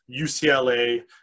UCLA